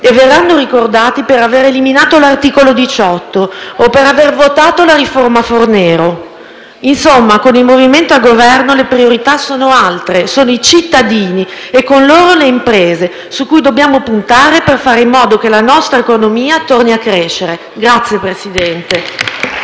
e verranno ricordati per aver eliminato l'articolo 18 o per aver votato la riforma Fornero. Insomma, con il Movimento al Governo le priorità sono altre: sono i cittadini e con loro le imprese, su cui dobbiamo puntare per fare in modo che la nostra economia torni a crescere. *(Applausi